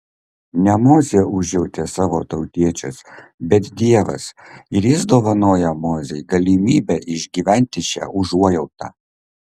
ne mozė užjautė savo tautiečius bet dievas ir jis dovanoja mozei galimybę išgyventi šią užuojautą